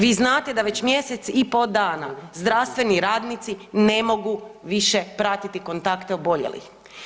Vi znate da već mjesec i pol dana zdravstveni radnici ne mogu više pratiti kontakte oboljelih.